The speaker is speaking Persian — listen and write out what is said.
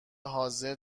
حاضر